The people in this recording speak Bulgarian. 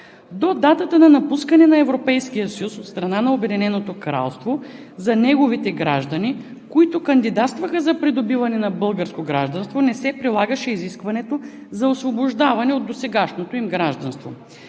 До датата на напускане на Европейския съюз от страна на Обединеното Кралство за неговите граждани, които кандидатстваха за придобиване на българско гражданство не се прилагаше изискването за освобождаване от досегашното им гражданство.